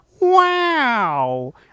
wow